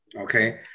okay